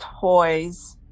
toys